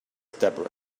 deborah